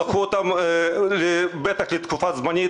שלקחו אותם בטח לתקופה זמנית,